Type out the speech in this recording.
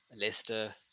Leicester